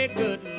good